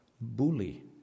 bully